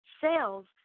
sales